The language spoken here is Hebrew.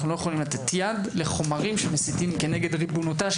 אנחנו לא יכולים לתת יד לקיומם של חומרי לימוד שמסיתים נגד ריבונותה,